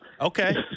okay